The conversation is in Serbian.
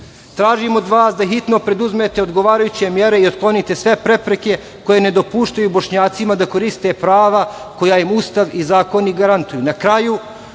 Tražim od vas da hitno preduzmete odgovarajuće mere i otklonite sve prepreke koje ne dopuštaju Bošnjacima da koriste prava, koja im Ustav i zakon garantuju. Na